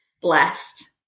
blessed